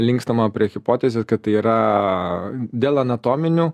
linkstama prie hipotezės kad tai yra dėl anatominių